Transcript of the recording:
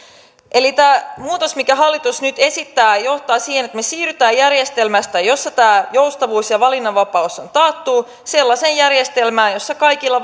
tämä muutos minkä hallitus nyt esittää johtaa siihen että me siirrymme järjestelmästä jossa tämä joustavuus ja valinnanvapaus on taattu sellaiseen järjestelmään jossa kaikilla